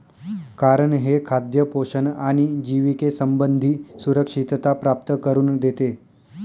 कारण हे खाद्य पोषण आणि जिविके संबंधी सुरक्षितता प्राप्त करून देते